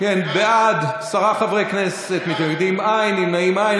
בעד, עשרה חברי כנסת, מתנגדים, אין, נמנעים, אין.